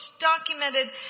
documented